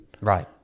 Right